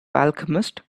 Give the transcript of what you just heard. alchemist